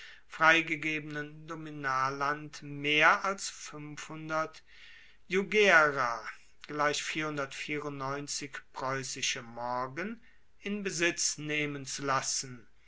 freigegebenen domanialland mehr als jugera morgen in besitz nehmen zu lassen